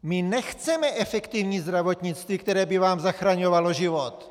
My nechceme efektivní zdravotnictví, které by vám zachraňovalo život!